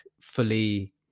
fully